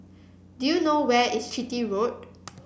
do you know where is Chitty Road